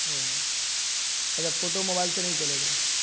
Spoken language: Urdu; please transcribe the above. اوہ اچھا فوٹو موبائل سے نہیں چلے گا